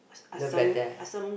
look like there